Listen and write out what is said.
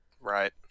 Right